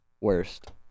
worst